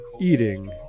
eating